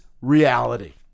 reality